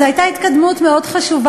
לקח, נכון, אבל זו הייתה התקדמות מאוד חשובה.